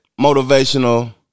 motivational